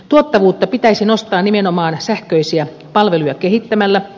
tuottavuutta pitäisi nostaa nimenomaan sähköisiä palveluja kehittämällä